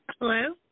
Hello